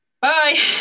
Bye